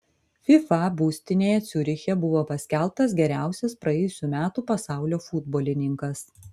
fifa būstinėje ciuriche buvo paskelbtas geriausias praėjusių metų pasaulio futbolininkas